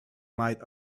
might